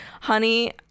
honey